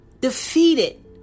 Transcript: defeated